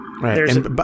Right